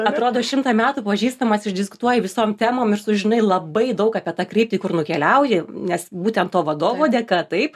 atrodo šimtą metų pažįstamas išdiskutuoji visom temom ir sužinai labai daug apie tą kryptį kur nukeliauji nes būtent to vadovo dėka taip